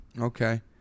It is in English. Okay